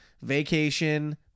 Vacation